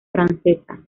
francesa